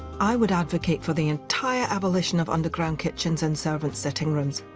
i would advocate for the entire abolition of underground kitchens and servant sitting rooms.